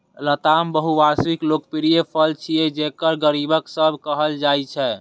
लताम बहुवार्षिक लोकप्रिय फल छियै, जेकरा गरीबक सेब कहल जाइ छै